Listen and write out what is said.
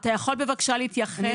אני לא הייתי זקוקה לפיילוט.